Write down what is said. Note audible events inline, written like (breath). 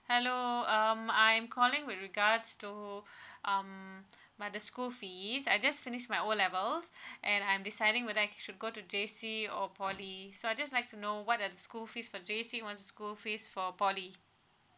hello um I'm calling with regards to (breath) um my the school fees I just finish my O levels (breath) and I'm deciding whether I should go to J_C or poly so I just like to know what are the school fees for J_C what's the school fees for poly